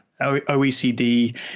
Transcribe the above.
OECD